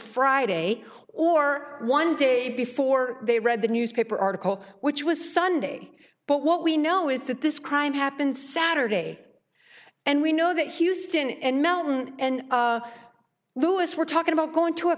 friday or one day before they read the newspaper article which was sunday but what we know is that this crime happened saturday and we know that houston and melton and louis were talking about going to a